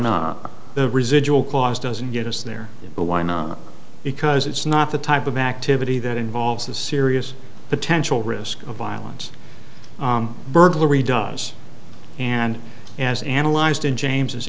not the residual clause doesn't get us there but why not because it's not the type of activity that involves the serious potential risk of violence burglary does and as analyzed in james